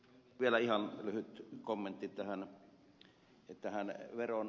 vielä ihan lyhyt kommentti tähän velanottoon